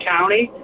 County